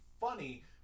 funny